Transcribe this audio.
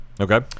Okay